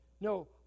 No